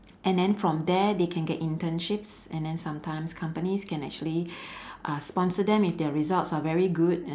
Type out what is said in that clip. and then from there they can get internships and then sometimes companies can actually uh sponsor them if their results are very good